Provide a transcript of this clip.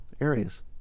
areas